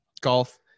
golf